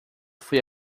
foi